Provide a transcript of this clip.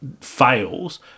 fails